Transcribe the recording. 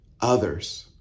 others